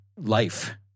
life